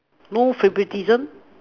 no favouritism